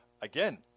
again